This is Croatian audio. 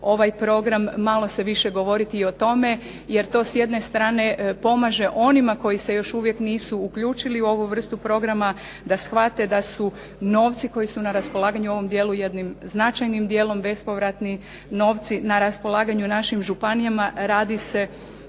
ovaj program malo se više govoriti i o tome, jer to s jedne strane pomaže onima koji se još uvijek nisu uključili u ovu vrstu programa da shvate da su novci koji su na raspolaganju u ovom dijelu jednim značajnim dijelom bespovratni novci na raspolaganju našim županijama. Radi se